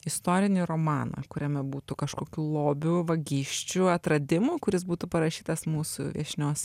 istorinį romaną kuriame būtų kažkokių lobių vagysčių atradimų kuris būtų parašytas mūsų viešnios